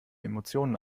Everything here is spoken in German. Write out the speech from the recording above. emotionen